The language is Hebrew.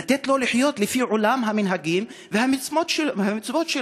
לתת לו לחיות לפי עולם המנהגים והמצוות שלו.